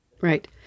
Right